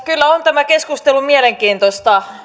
kyllä on tämä keskustelu mielenkiintoista